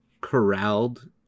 corralled